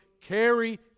Carry